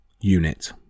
unit